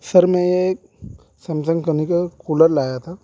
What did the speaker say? سر میں ایک Samsung company کا کولر لایا تھا